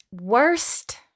worst